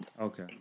Okay